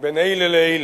בין אלה לאלה.